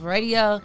Radio